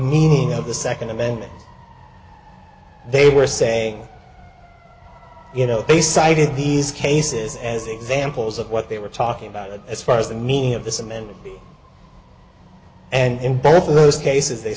meaning of the second amendment they were saying you know they cited these cases as examples of what they were talking about as far as the meaning of the cement and in both of those cases they